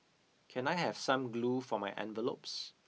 can I have some glue for my envelopes